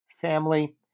family